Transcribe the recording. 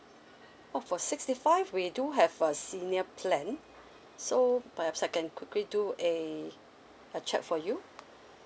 uh for sixty five we do have a senior plan so perhaps I can quickly do a a check for you